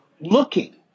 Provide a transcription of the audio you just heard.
Looking